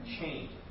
change